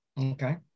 okay